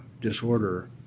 disorder